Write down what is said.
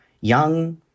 young